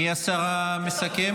מי השר המסכם?